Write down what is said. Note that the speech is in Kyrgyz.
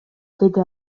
деди